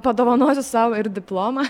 padovanosiu sau ir diplomą